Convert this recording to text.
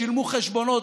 שילמו חשבונות,